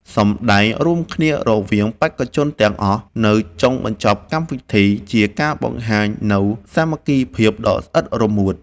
សម្ដែងរួមគ្នារវាងបេក្ខជនទាំងអស់នៅចុងបញ្ចប់កម្មវិធីជាការបង្ហាញនូវសាមគ្គីភាពដ៏ស្អិតរមួត។